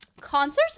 concerts